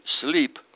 Sleep